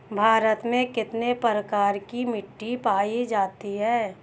भारत में कितने प्रकार की मिट्टी पाई जाती हैं?